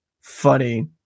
funny